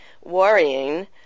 worrying